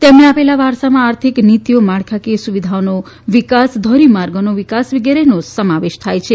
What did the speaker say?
તેમણે આપેલા વારસામાં આર્થિક નીતીઓ માળખાકીય સુવિધાઓનો નિકાસ ધોરીમાર્ગોનો વિકાસ વગેરેનો સમાવેશ થાય છે